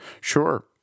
Sure